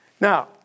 Now